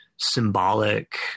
symbolic